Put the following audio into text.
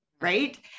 right